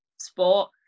sport